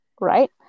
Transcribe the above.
Right